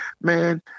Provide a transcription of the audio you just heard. Man